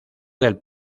del